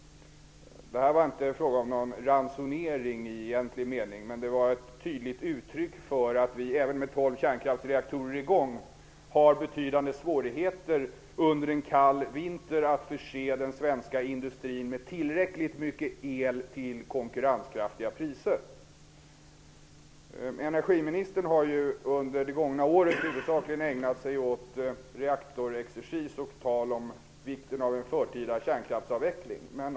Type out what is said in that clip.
Det var inte fråga om någon ransonering i egentlig mening, men det var ett tydligt uttryck för att vi även med tolv kärnkraftsreaktorer i gång har betydande svårigheter under en kall vinter att förse den svenska industrin med tillräckligt mycket el till konkurrenskraftiga priser. Energiministern har under det gångna året huvudsakligen ägnat sig åt reaktorexercis och tal om vikten av en förtida kärnkraftsavveckling.